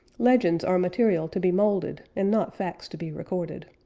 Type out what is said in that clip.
legends are material to be moulded, and not facts to be recorded.